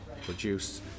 produce